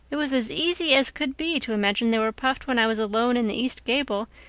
it was as easy as could be to imagine they were puffed when i was alone in the east gable,